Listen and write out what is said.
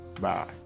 Bye